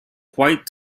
quite